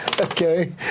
Okay